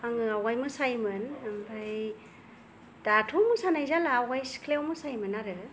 आङो आवगाय मोसायोमोन आमफ्राय दाथ' मोसानाय जाला आवगाय सिख्लायाव मोसायोमोन आरो